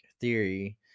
theory